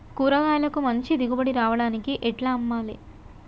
కూరగాయలకు మంచి దిగుబడి రావడానికి ఎట్ల అమ్మాలే?